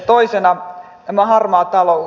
toisena tämä harmaa talous